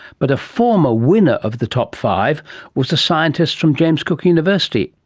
but a former winner of the top five was a scientist from james cook university,